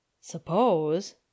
Suppose